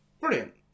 brilliant